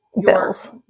bills